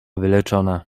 wyleczona